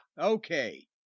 okay